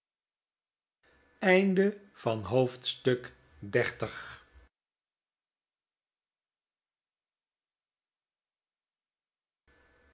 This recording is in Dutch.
tonen van het